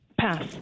Pass